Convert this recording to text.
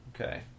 Okay